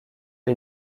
les